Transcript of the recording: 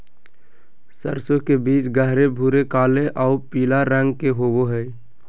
सरसों के बीज गहरे भूरे काले आऊ पीला रंग के होबो हइ